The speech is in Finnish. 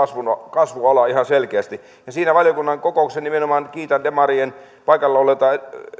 kasvualamme ihan selkeästi kiitän siinä valiokunnan kokouksessa nimenomaan demarien paikalla olleita